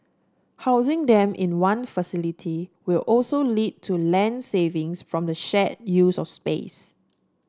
housing them in one facility will also lead to land savings from the shared use of space